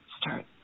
start